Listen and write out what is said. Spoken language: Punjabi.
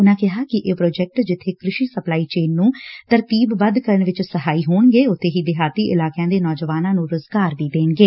ਉਨੂਾ ਕਿਹਾ ਕਿ ਇਹ ਪ੍ਰੋਜੈਕਟ ਜਿੱਬੇ ਕਿਸ਼ੀ ਸਪਲਾਈ ਚੇਨ ਨੂੰ ਤਰਤੀਬ ਬੱਧ ਕਰਨ ਚ ਸਹਾਈ ਹੋਣਗੇ ਉਬੇ ਹੀ ਦੇਹਾਤੀ ਇਲਾਕਿਆਂ ਦੇ ਨੌਜਵਾਨਾ ਨੂੰ ਰੁਜ਼ਗਾਰ ਵੀ ਦੇਣਗੇ